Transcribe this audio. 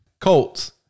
Colts